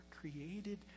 created